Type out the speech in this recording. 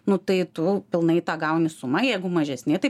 nu tai tu pilnai tą gauni sumą jeigu mažesni tai